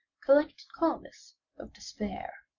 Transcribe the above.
collected calmness of despair.